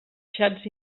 xats